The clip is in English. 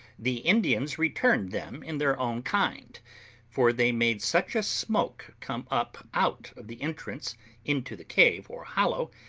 the indians returned them in their own kind for they made such a smoke come up out of the entrance into the cave or hollow,